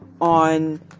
on